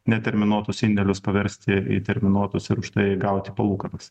neterminuotus indėlius paversti į terminuotus ir už tai gauti palūkanas